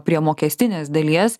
prie mokestinės dalies